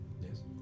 Yes